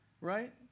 right